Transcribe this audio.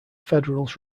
federals